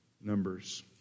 numbers